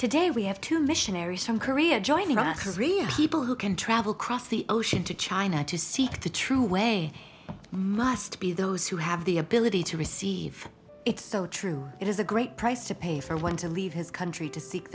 today we have two missionaries from korea joining us real people who can travel across the ocean to china to seek the true way must be those who have the ability to receive it so true it is a great price to pay for when to leave his country to seek